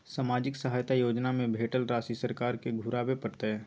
सामाजिक सहायता योजना में भेटल राशि सरकार के घुराबै परतै?